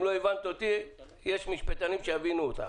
אם לא הבנת אותי, יש משפטנים שיבינו אותך.